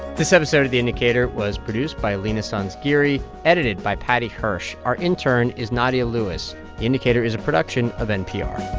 this episode of the indicator was produced by leena sanzgiri, edited by paddy hirsch. our intern is nadia lewis. the indicator is a production of npr